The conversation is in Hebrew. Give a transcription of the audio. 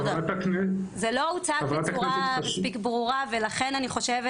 זה לא הוצג בצורה מספיק ברורה ולכן אני חושבת